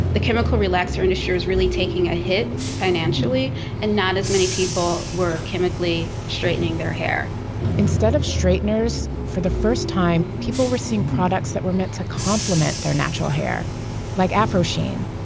the chemical relaxer industry was really taking a hit financially and not as many people were chemically straightening their hair instead of straighteners, for the first time, people were seeing products that were meant to complement their natural hair like afro sheen,